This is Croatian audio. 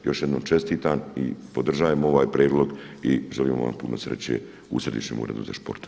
Još jednom čestitam i podražavam ovaj prijedlog i želimo vam puno sreće u Središnje uredu za sport.